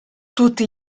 tutti